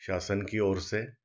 प्रशासन की ओर से